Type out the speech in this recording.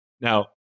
Now